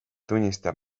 tunnistab